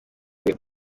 wiwe